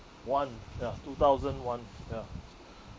one ya two thousand one ya